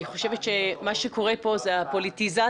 אני חושבת שמה שקורה פה זה הפוליטיזציה